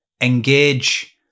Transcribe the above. engage